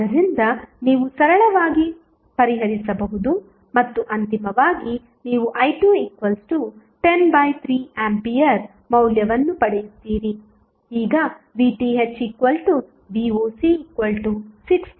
ಆದ್ದರಿಂದ ನೀವು ಸರಳವಾಗಿ ಪರಿಹರಿಸಬಹುದು ಮತ್ತು ಅಂತಿಮವಾಗಿ ನೀವು i2103 ಆಂಪಿಯರ್ ಮೌಲ್ಯವನ್ನು ಪಡೆಯುತ್ತೀರಿ